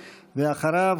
ואחריו,